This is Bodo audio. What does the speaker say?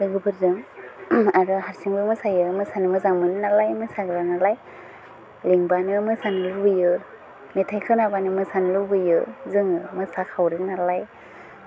लोगोफोरजों आरो हारसिंबो मोसायो मोसानो मोजां मोनो नालाय मोसाग्रा नालाय लेंबानो मोसानो लुगैयो मेथाइ खोनाबानो मोसानो लुगैयो जोङो मोसाखावरि नालाय